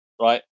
right